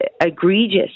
egregious